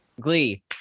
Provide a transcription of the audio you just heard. glee